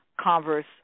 converse